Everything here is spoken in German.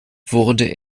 wurde